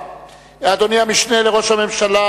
(הגבלה של מכירת משקאות משכרים),